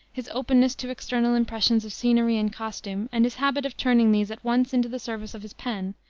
his openness to external impressions of scenery and costume and his habit of turning these at once into the service of his pen,